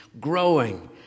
growing